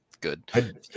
good